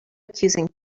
accusing